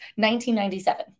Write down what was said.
1997